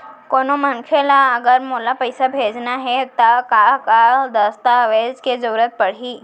कोनो मनखे ला अगर मोला पइसा भेजना हे ता का का दस्तावेज के जरूरत परही??